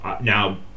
now –